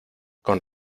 con